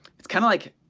it's kinda like,